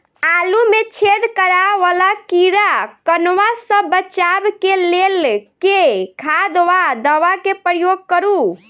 आलु मे छेद करा वला कीड़ा कन्वा सँ बचाब केँ लेल केँ खाद वा दवा केँ प्रयोग करू?